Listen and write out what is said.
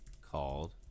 called